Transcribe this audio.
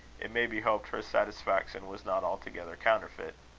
it may be hoped her satisfaction was not altogether counterfeit.